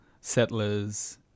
settlers